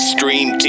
Stream